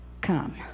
come